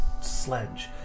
sledge